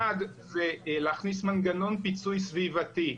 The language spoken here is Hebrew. האחד זה להכניס מנגנון פיצוי סביבתי.